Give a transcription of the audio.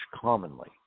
commonly